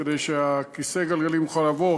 כדי שכיסא הגלגלים יוכל לעבור,